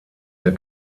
der